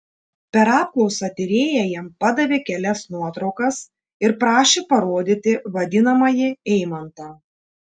per apklausą tyrėja jam padavė kelias nuotraukas ir prašė parodyti vadinamąjį eimantą